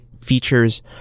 features